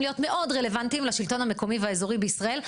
להיות מאוד רלוונטיים לשלטון המקומי והאזורי בישראל,